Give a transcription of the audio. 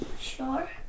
sure